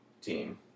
team